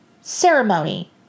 ceremony